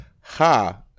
Ha